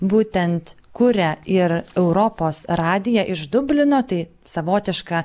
būtent kuria ir europos radiją iš dublino tai savotiška